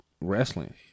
Wrestling